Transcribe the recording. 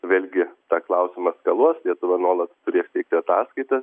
vėlgi tą klausimą eskaluos lietuva nuolat turės teikti ataskaitas